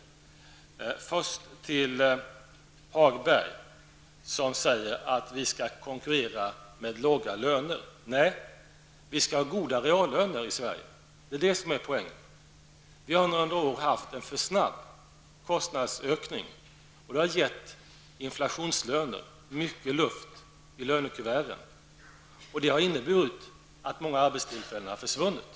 Jag vill först vända mig till Lars Ove Hagberg. Han säger att vi skall konkurrera med låga löner. Nej, vi skall ha goda reallöner i Sverige. Det är det som är poängen. Vi har under några år haft en för snabb kostnadsökning, och det har gett inflationslöner, mycket luft i lönekuverten. Det har inneburit att många arbetstillfällen har försvunnit.